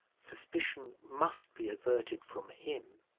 suspicion must be averted from him.